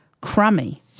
crummy